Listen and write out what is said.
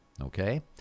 Okay